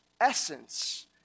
essence